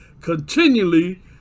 Continually